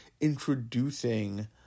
introducing